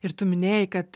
ir tu minėjai kad